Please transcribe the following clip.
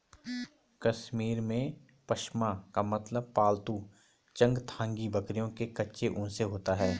कश्मीर में, पश्म का मतलब पालतू चंगथांगी बकरियों के कच्चे ऊन से होता है